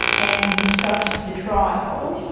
and discussed the trial.